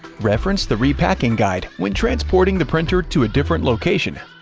reference the repacking guide when transporting the printer to a different location.